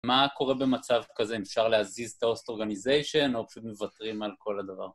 מה קורה במצב כזה, אם אפשר להזיז את ההוסט אורגניזיישן או פשוט מוותרים על כל הדבר?